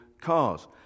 cars